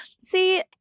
see